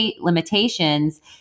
limitations